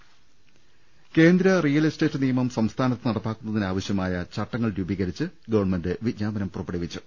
് കേന്ദ്ര real estate നിയമം സംസ്ഥാനത്ത് നടപ്പാക്കുന്നതി നാവശ്യമായ ചട്ടങ്ങൾ രൂപീകരിച്ച് ഗവൺമെന്റ് വിജ്ഞാപനം പുറപ്പെടു വിച്ചു